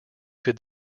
could